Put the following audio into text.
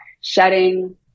shedding